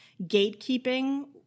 gatekeeping